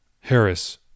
Harris